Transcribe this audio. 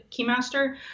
Keymaster